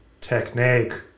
technique